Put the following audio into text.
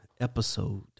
episode